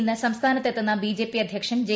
ഇന്ന് സംസ്ഥാനത്ത് ഏത്തുന്ന ബിജെപി അധ്യക്ഷൻ ജെ